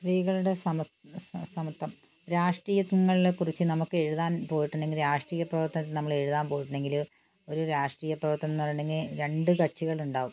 സ്ത്രീകളുടെ സമ സമത്വം രാഷ്ട്രീയത്തിനെക്കുറിച്ച് നമുക്ക് എഴുതാൻ പോയിട്ടുണ്ടെങ്കില് രാഷ്ട്രീയപ്രവർത്തനം നമ്മള് എഴുതാൻ പോയിട്ടുണ്ടെങ്കില് ഒരു രാഷ്ട്രീയപ്രവർത്തനമെന്ന് പറഞ്ഞിട്ടുണ്ടെങ്കിൽ രണ്ട് കക്ഷികളുണ്ടാവും